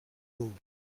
haut